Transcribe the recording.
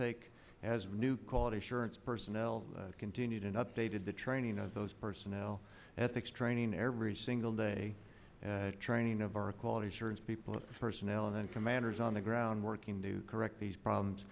take as a new quality assurance personnel continued an updated the training of those personnel ethics training every single day training of our quality assurance people personnel and then commanders on the ground working to correct these problems